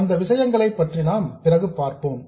அந்த விஷயங்களை பற்றி பிறகு பார்ப்போம்